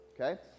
Okay